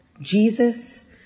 Jesus